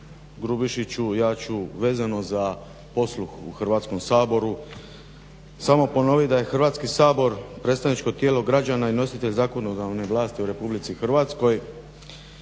Grubišiću ja ću vezano za posluh u Hrvatskom saboru samo ponovit da je Hrvatski sabor predstavničko tijelo građana i nositelj zakonodavne vlasti u Republici Hrvatskoj